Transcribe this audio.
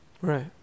Right